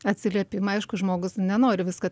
atsiliepimai aišku žmogus nenori viską